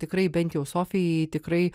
tikrai bent jau sofijai tikrai